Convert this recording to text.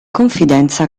confidenza